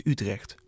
Utrecht